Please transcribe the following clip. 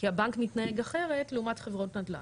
כי הבנק מתנהג אחרת לעומת חברות נדל"ן.